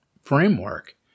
framework